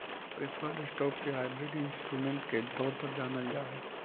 preferred stock के hybrid instrument के तौर पर जानल जा हइ